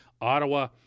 Ottawa